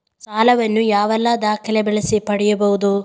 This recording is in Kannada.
ಸಾಲ ವನ್ನು ಯಾವೆಲ್ಲ ದಾಖಲೆ ಬಳಸಿ ಪಡೆಯಬಹುದು?